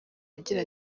agira